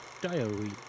diary